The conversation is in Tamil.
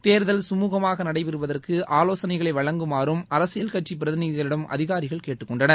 தேர்தல் கமூகமாக நடைபெறுவதற்கு ஆலோசனைகளை வழங்குமாறும் அரசியல் கட்சி பிரதிநிதிகளிடம் அதிகாரிகள் கேட்டுக்கொண்டனர்